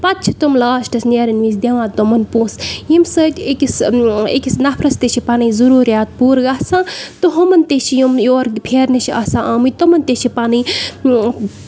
پَتہٕ چھِ تِم لاسٹس نیرن وِزِ دِوان تِمن پوٚنسہٕ ییٚمہِ سۭتۍ أکِس أکِس نفرَس تہِ چھِ پَنٕنۍ ضروٗریات پوٚرٕ گژھان تہٕ ہُمن تہِ چھِ یِم یور پھیرنہِ چھِ آسان آمٕتۍ تِمن تہِ چھِ پَنٕنۍ